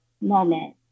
moment